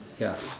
ya